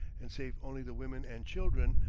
and save only the women and children,